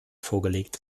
vorgelegt